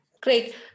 Great